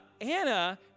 Anna